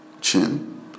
chin